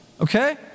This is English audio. okay